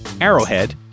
Arrowhead